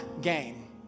game